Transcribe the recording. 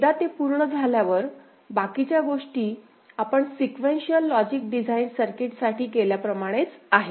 एकदा ते पूर्ण झाल्यावर बाकीच्या गोष्टी आपण सिक्वेन्शिअल लॉजिक डिझाइन सर्किटसाठी केल्याप्रमाणेच आहेत